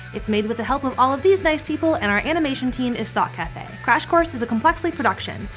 it's made with the help of all of these nice people and our animation team is thought cafe. crash course is a complexly production.